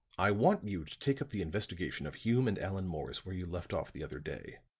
i want you to take up the investigation of hume and allan morris where you left off the other day.